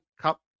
Cup